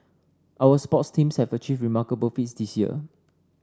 our sports teams have achieved remarkable feats this year